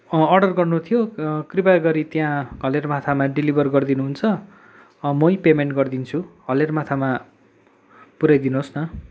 order गर्नु थियो कृपया गरी त्यहाँ हलेर माथामा डेलिभर गरिदिनुहुन्छ मै पेमेन्ट गरिदिन्छु हलेर माथामा पुऱ्याइदिनुहोस् न